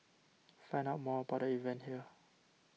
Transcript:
find out more about the event here